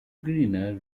greener